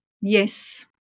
Yes